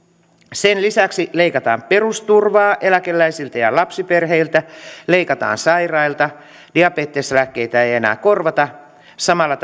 sen lisäksi leikataan perusturvaa eläkeläisiltä ja lapsiperheiltä leikataan sairailta diabeteslääkkeitä ei ei enää korvata samalla